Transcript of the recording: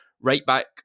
right-back